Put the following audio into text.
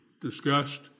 discussed